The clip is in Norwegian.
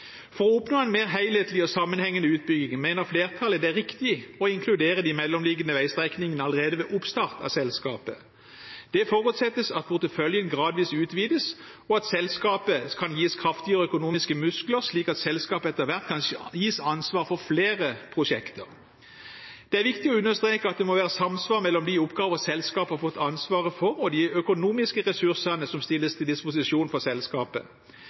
For å oppnå en mer helhetlig og sammenhengende utbygging mener flertallet det er riktig å inkludere de mellomliggende veistrekningene allerede ved oppstart av selskapet. Det forutsettes at porteføljen gradvis utvides, og at selskapet kan gis kraftigere økonomiske muskler, slik at selskapet etter hvert kan gis ansvaret for flere prosjekter. Det er viktig å understreke at det må være samsvar mellom de oppgaver selskapet har fått ansvaret for, og de økonomiske ressursene som stilles til disposisjon for selskapet.